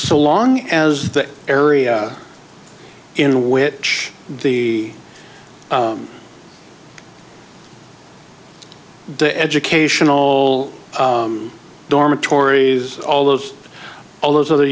so long as the area in which the the educational dormitories all those all those other